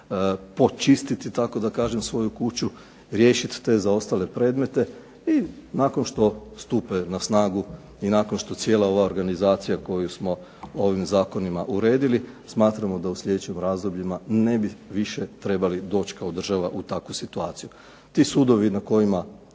počistiti, tako da kažem, svoju kuću, riješiti te zaostale predmete i nakon što stupe na snagu i nakon što cijela ova organizacija koju smo ovim zakonima uredili, smatramo da u sljedećim razdobljima ne bi više trebali doći kao država u takvu situaciju.